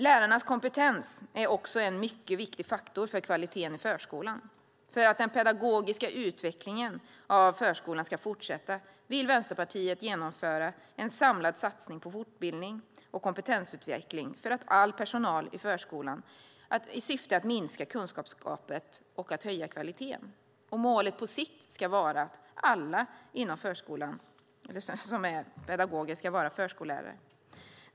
Lärarnas kompetens är också en mycket viktig faktor för kvaliteten i förskolan. För att den pedagogiska utvecklingen av förskolan ska fortsätta vill Vänsterpartiet genomföra en samlad satsning på fortbildning och kompetensutveckling för all personal i förskolan i syfte att minska kunskapsgapet och höja kvaliteten. Målet på sikt ska vara att alla förskollärare är pedagoger.